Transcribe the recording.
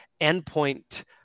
endpoint